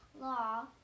law